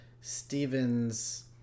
Stephen's